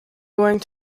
going